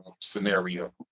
scenario